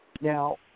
Now